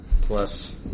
plus